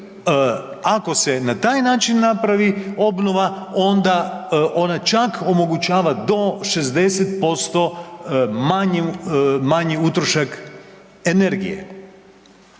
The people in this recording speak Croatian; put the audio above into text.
ako se na taj način napravi obnova, onda ona čak omogućava do 60% manji utrošak energije.